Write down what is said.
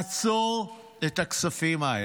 עצור את הכספים האלה.